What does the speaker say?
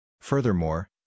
Furthermore